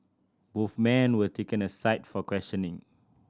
both men were taken aside for questioning